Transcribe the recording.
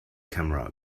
camera